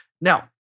now